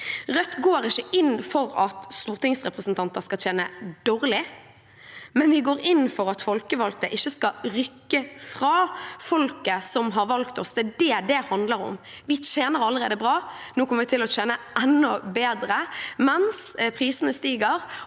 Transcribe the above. Rødt går ikke inn for at stortingsrepresentanter skal tjene dårlig, men vi går inn for at folkevalgte ikke skal rykke fra folket som har valgt oss. Det er det det handler om. Vi tjener allerede bra. Nå kommer vi til å tjene enda bedre, mens prisene stiger